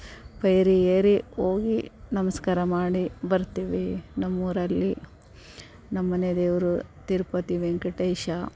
ಪೈರಿ ಏರಿ ಹೋಗಿ ನಮಸ್ಕಾರ ಮಾಡಿ ಬರ್ತೀವಿ ನಮ್ಮ ಊರಲ್ಲಿ ನಮ್ಮ ಮನೆ ದೇವರು ತಿರುಪತಿ ವೆಂಕಟೇಶ